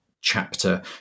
chapter